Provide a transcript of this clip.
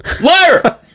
liar